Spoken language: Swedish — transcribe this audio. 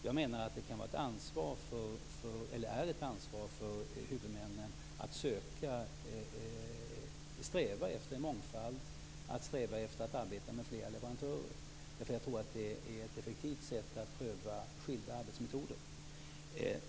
Jag menar att det är ett ansvar för huvudmännen att sträva efter mångfald och efter att arbeta med flera leverantörer. Jag tror att det är ett effektivt sätt att pröva skilda arbetsmetoder.